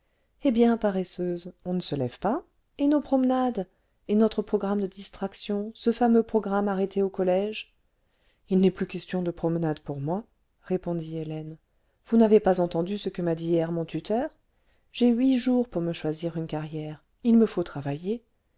eh bien paresseuse on ne se lève pas et nos promenades et notre programme de distractions ce fameux programme arrêté au collège h n'est plus question de promenades pour moi répondit hélène vous n'avez pas entendu ce que m'a dit hier mon tuteur j'ai huit jours pour me choisir une carrière h me faut travailler